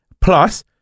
Plus